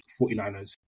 49ers